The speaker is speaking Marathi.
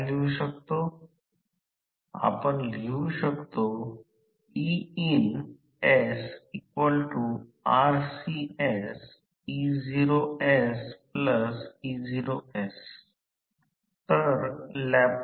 आणि ही आकृती 7a आहे आणि ही रोटर सर्किट वारंवारता F2 sf आहे आणि व्होल्टेज प्रेरित रोटर सर्किट मुळे नुकतेच आम्ही SE2 पाहिले हे r2 SX2 आहे आणि हा प्रवाह आहे